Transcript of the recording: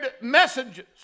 messages